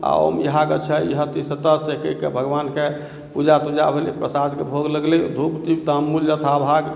आ ओम इहागच्छ इहऽ तिष्ठतः से कहिके भगवानके पूजा तूजा भेलै प्रसादके भोग लगलै धूप दीप ताम्बुल यथा भाग